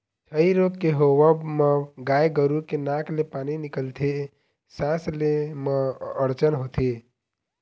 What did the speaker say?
छई रोग के होवब म गाय गरु के नाक ले पानी निकलथे, सांस ले म अड़चन होथे